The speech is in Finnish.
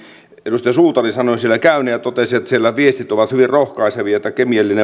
edustaja suutari sanoi siellä käyneensä ja totesi että siellä viestit ovat hyvin rohkaisevia että kemiallinen